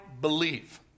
believe